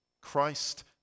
Christ